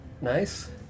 nice